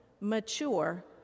mature